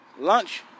lunch